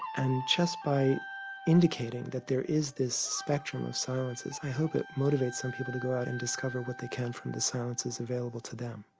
and just by indicating that there is this spectrum of silences i hope it motivates some people to go out and discover what they can from the silences available to them.